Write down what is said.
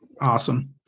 Awesome